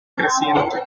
creciente